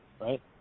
right